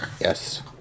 Yes